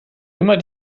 immer